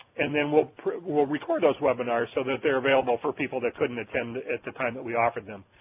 and then we'll we'll record those webinars so that they're available for people that couldn't attend at the time that we offered them.